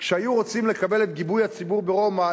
כשהיו רוצים לקבל את גיבוי הציבור ברומא,